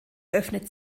öffnet